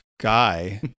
guy